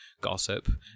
gossip